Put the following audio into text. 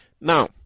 Now